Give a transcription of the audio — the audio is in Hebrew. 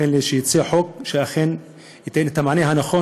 כדי שיצא חוק שאכן ייתן את המענה הנכון,